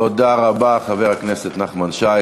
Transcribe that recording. תודה רבה, חבר הכנסת נחמן שי.